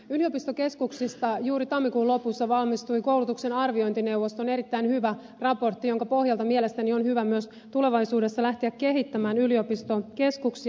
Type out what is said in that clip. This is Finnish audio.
yliopistokeskuksista juuri tammikuun lopussa valmistui koulutuksen arviointineuvoston erittäin hyvä raportti jonka pohjalta mielestäni on hyvä myös tulevaisuudessa lähteä kehittämään yliopistokeskuksia